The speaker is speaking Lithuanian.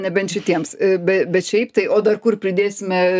nebent šitiems be bet šiaip tai o dar kur pridėsime